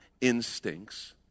instincts